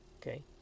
okay